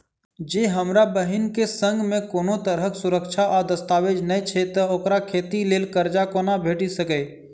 जँ हमरा बहीन केँ सङ्ग मेँ कोनो तरहक सुरक्षा आ दस्तावेज नै छै तऽ ओकरा खेती लेल करजा कोना भेटि सकैये?